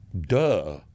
duh